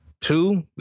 Two